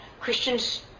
Christians